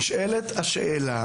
נשאלת השאלה